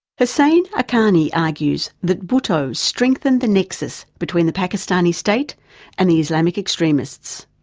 hussain haqqani argues that bhutto strengthened the nexus between the pakistani state and the islamic extremists.